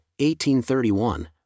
1831